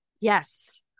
Yes